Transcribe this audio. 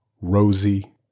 Rosie